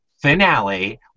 finale